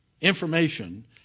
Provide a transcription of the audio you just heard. information